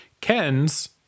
Ken's